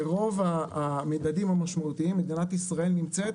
ברוב המדדים המשמעותיים מדינת ישראל נמצאת